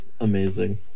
Amazing